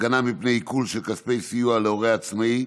(הגנה מפני עיקול של כספי סיוע להורה עצמאי),